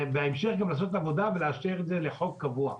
ובהמשך גם לעשות עבודה ולאשר את זה כחוק קבוע.